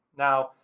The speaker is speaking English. now,